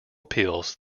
appeals